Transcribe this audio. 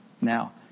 Now